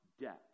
debt